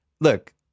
look